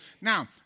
Now